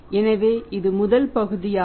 எனவே இது முதல் பகுதியாகும்